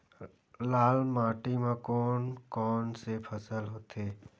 लाल माटी म कोन कौन से फसल होथे?